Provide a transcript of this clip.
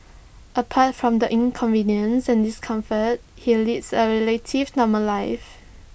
apart from the inconvenience and discomfort he leads A relative normal life